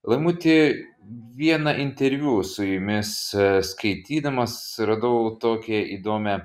laimuti vieną interviu su jumis skaitydamas radau tokią įdomią